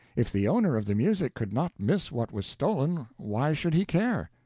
if the owner of the music could not miss what was stolen, why should he care?